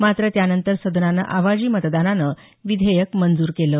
मात्र त्यानंतर सदनानं आवाजी मतदानानं विधेयक मंजूर केलं